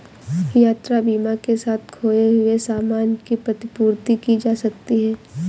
यात्रा बीमा के साथ खोए हुए सामान की प्रतिपूर्ति की जा सकती है